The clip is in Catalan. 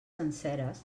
senceres